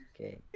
Okay